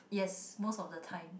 yes most of the time